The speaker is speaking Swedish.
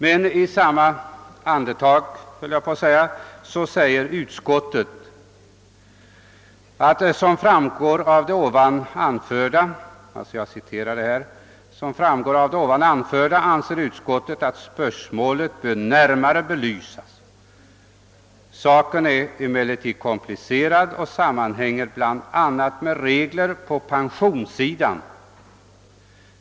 Men i samma andetag säger utskottet: »Som framgår av det ovan anförda anser utskottet att spörsmålet bör närmare belysas. Saken är emellertid komplicerad och sammanhänger bl.a. med regler på pensionssidan.